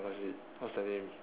what is it what's the name